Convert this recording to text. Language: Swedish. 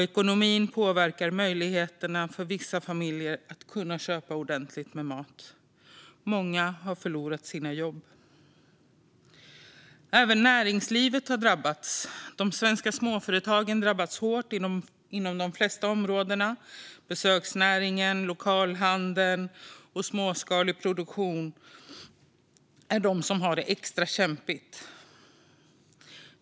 Ekonomin påverkar möjligheterna för vissa familjer att köpa ordentligt med mat. Många har förlorat sina jobb. Även näringslivet har drabbats. De svenska småföretagen drabbas hårt inom de flesta områden. Besöksnäringen, lokalhandeln och småskalig produktion har det extra kämpigt.